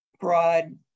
broad